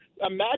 imagine